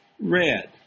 red